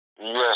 Yes